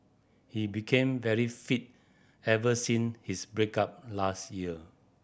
he became very fit ever since his break up last year